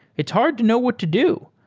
it's hard to know what to do.